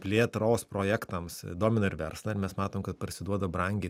plėtros projektams domina ir verslą ir mes matom kad parsiduoda brangiai